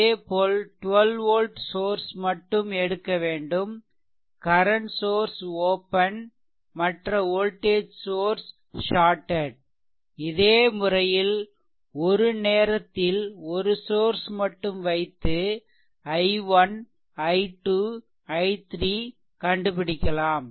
அதேபோல் 12 volt source மட்டும் எடுக்க வேண்டும் கரன்ட் சோர்ஸ் ஓப்பன் மற்ற வோல்டேஜ் சோர்ஸ் ஷார்டெட் இதேமுறையில் ஒரு நேரத்தில் ஒரு சோர்ஸ் மட்டும் வைத்து i1i2i3 கண்டுபிடிக்கலாம்